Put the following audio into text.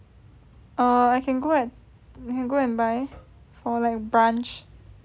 err I can go at I can go and buy for like brunch